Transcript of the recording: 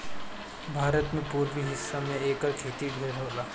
भारत के पुरबी हिस्सा में एकर खेती ढेर होला